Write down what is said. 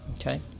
Okay